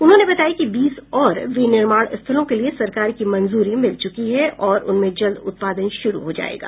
उन्होंने बताया कि बीस और विनिर्माण स्थलों के लिए सरकार की मंजूरी मिल चुकी है और उनमें जल्द उत्पादन शुरू हो जाएगा